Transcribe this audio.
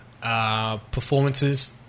performances